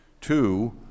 Two